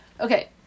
Okay